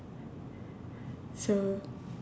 so